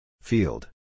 Field